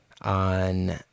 on